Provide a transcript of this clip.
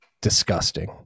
disgusting